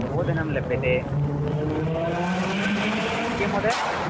भोजनं लभ्यते किं महोदय